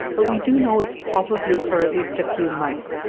but we do know it's probably for at least a few months.